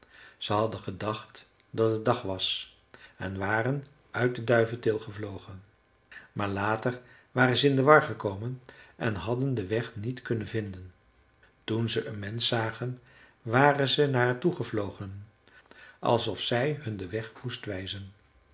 ze hadden gedacht dat het dag was en waren uit de duiventil gevlogen maar later waren ze in de war gekomen en hadden den weg niet kunnen vinden toen ze een mensch zagen waren ze naar haar toegevlogen alsof zij hun den weg moest wijzen